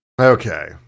Okay